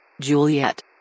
Juliet